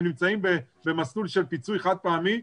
הם נמצאים במסלול של פיצוי חד פעמי,